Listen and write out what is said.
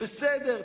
בסדר,